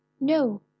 No